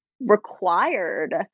required